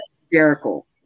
hysterical